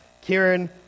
Kieran